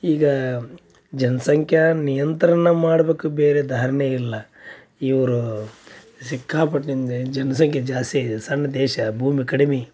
ಈಗಾ ಜನ್ಸಂಖ್ಯಾ ನಿಯಂತ್ರಣ ಮಾಡಬೇಕು ಬೇರೆ ದಾರಿನೆ ಇಲ್ಲ ಇವರು ಸಿಕ್ಕಾಪಟ್ಟಿಂದ ಜನ್ಸಂಖ್ಯೆ ಜಾಸ್ತಿ ಆಗಿದೆ ಸಣ್ಣ ದೇಶ ಭೂಮಿ ಕಡಿಮೆ